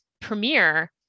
premiere